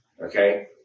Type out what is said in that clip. Okay